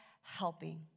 helping